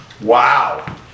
Wow